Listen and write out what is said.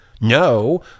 no